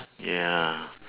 ya